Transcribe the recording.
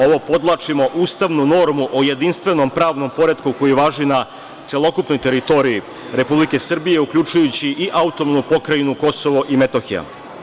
Ovo podvlačimo, ustavnu normu o jedinstvenom pravnom poretku koji važi na celokupnoj teritoriji Republike Srbije, uključujući i AP Kosovo i Metohija.